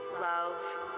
love